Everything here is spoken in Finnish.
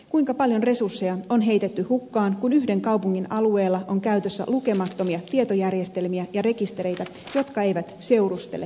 kuinka paljon resursseja on heitetty hukkaan kun yhden kaupungin alueella on käytössä lukemattomia tietojärjestelmiä ja rekistereitä jotka eivät seurustele keskenään